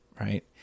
right